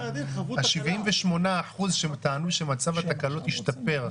ה-78% שטענו שמצב התקלות השתפר,